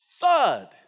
thud